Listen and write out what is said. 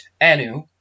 Anu